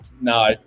no